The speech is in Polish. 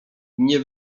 nie